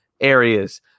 areas